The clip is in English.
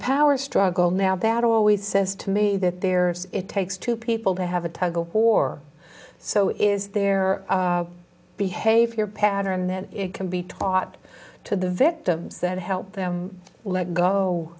power struggle now that always says to me that there's it takes two people to have a toggle or so is their behavior pattern then it can be taught to the victims that help them let go